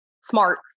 smart